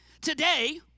Today